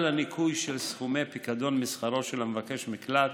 הניכוי של סכומי פיקדון משכרו של מבקש מקלט,